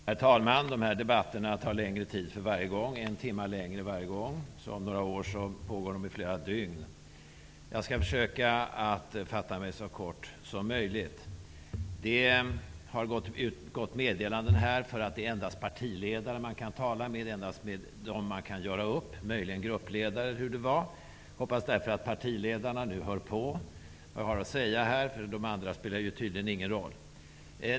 Herr talman! De här debatterna tar längre tid för varje gång. De blir en timme längre för varje gång. Om några år pågår de i flera dygn. Jag skall försöka att fatta mig så kort som möjligt. Det har gått ut ett meddelande här om att det endast är partiledare som man kan tala med. Det är endast med dem som man kan göra upp, eller möjligen med gruppledare, eller hur det var. Jag hoppas därför att partiledarna nu hör på vad jag har att säga här, eftersom det för de andra tydligen inte spelar någon roll.